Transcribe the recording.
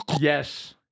Yes